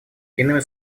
иными